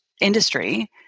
industry